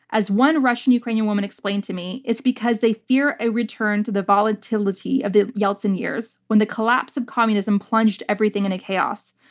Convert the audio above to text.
as one russian-ukrainian woman explained to me, it's because they fear a return to the volatility of the yeltsin years when the collapse of communism plunged everything into and chaos.